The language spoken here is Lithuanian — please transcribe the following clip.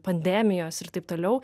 pandemijos ir taip toliau